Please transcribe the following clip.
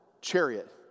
chariot